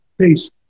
Peace